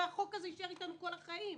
והחוק הזה יישאר אתנו כל החיים.